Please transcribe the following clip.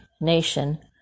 nation